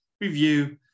review